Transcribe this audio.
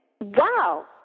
Wow